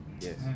Yes